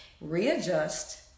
readjust